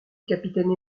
capitaine